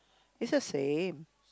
is the same